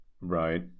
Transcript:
Right